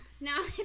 Now